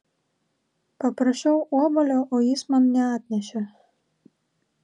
paprašiau obuolio o jis man neatnešė